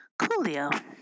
Coolio